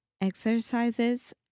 exercises